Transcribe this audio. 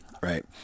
Right